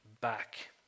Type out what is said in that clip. back